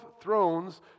thrones